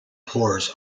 pores